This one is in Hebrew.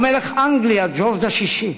או מלך אנגליה ג'ורג' השישי.